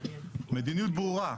מדיניות ברורה,